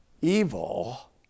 evil